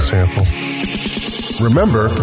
Remember